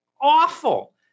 awful